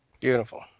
Beautiful